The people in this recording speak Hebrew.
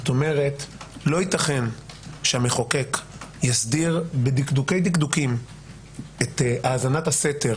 לא ייתכן שהמחוקק יסדיר בדקדוקי דקדוקים את האזנת הסתר